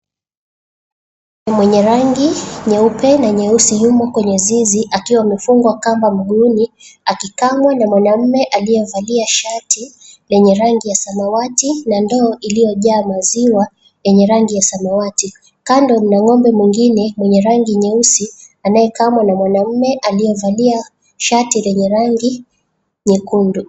Ng'ombe mwenye rangi nyeupe na nyeusi yumo kwenye zizi, akiwa amefungwa kamba mguuni, akikamwa na mwanaume aliyevalia shati lenye rangi ya samawati na ndoo iliyojaa maziwa yenye rangi ya samawati. Kando mna ng'ombe mwingine mwenye rangi nyeusi anayekamwa mwanamume aliyevalia shati lenye rangi nyekundu.